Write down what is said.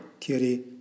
theory